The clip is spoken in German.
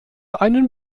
einen